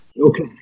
okay